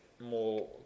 more